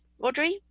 Audrey